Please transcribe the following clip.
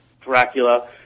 Dracula